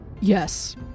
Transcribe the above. Yes